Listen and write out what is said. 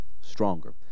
stronger